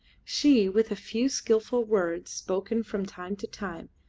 she, with a few skilful words spoken from time to time,